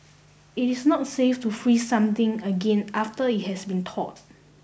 it is not safe to freeze something again after it has been thawed